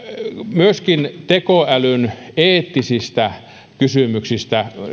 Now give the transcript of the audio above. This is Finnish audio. myöskin tekoälyn eettisistä kysymyksistä